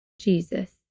jesus